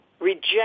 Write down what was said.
reject